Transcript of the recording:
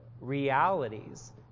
realities